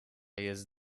jest